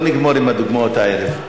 לא נגמור עם הדוגמאות האלה.